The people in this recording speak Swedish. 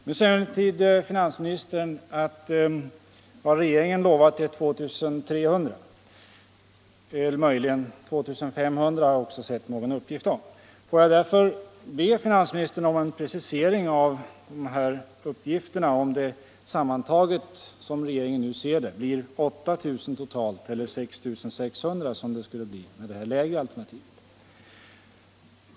Finansministern säger emellertid att vad regeringen lovat är 2 300 — eller möjligen 2 500, som jag också har sett någon uppgift om. Får jag därför be finansministern om en precisering av dessa uppgifter — om det, som regeringen nu ser det, sammantaget blir 8 000 totalt eller 6 600, som det skulle bli enligt det lägre alternativet.